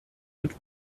mit